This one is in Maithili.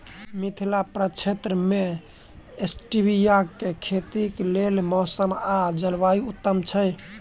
मिथिला प्रक्षेत्र मे स्टीबिया केँ खेतीक लेल मौसम आ जलवायु उत्तम छै?